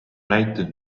näitus